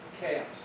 chaos